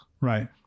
Right